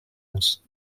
muss